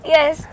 Yes